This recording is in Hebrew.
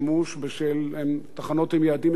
תחנות הן יעדים אסטרטגיים,